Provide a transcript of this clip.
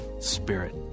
spirit